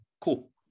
cool